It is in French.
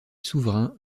souverain